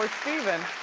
stephen,